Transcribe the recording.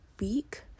week